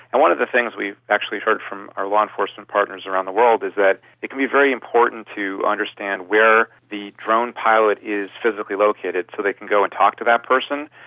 and one of the things we actually heard from our law enforcement partners around the world is that it can be very important to understand where the drone pilot is physically located so they can go and talk to that person,